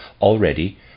already